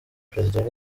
president